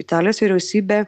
italijos vyriausybė